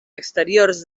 exteriors